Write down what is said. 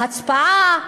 הצבעה,